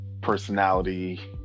personality